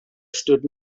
stood